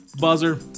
buzzer